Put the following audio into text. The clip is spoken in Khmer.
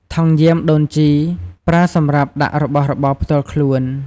ថង់យាមដូនជីប្រើសម្រាប់ដាក់របស់របរផ្ទាល់ខ្លួន។